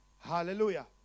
hallelujah